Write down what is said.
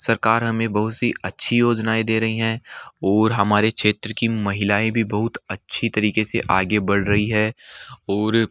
सरकार हमें बहुत सी अच्छी योजनाएं दे रही हैं और हमारे क्षेत्र की महिलाएँ भी बहुत अच्छी तरीके से आगे बढ़ रही है और